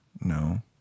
No